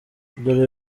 dore